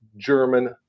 German